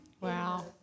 wow